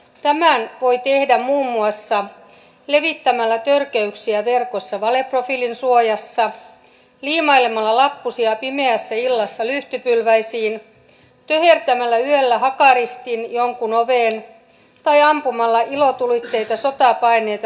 tämän voi tehdä muun muassa levittämällä törkeyksiä verkossa valeprofiilin suojassa liimailemalla lappusia pimeässä illassa lyhtypylväisiin töhertämällä yöllä hakaristin jonkun oveen tai ampumalla ilotulitteita sotaa paenneita lapsiperheitä päin